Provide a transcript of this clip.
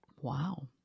Wow